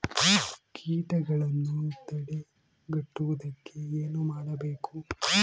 ಕೇಟಗಳನ್ನು ತಡೆಗಟ್ಟುವುದಕ್ಕೆ ಏನು ಮಾಡಬೇಕು?